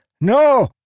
no